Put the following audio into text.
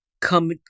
come